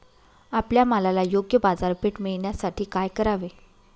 आपल्या मालाला योग्य बाजारपेठ मिळण्यासाठी काय करावे?